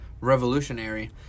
revolutionary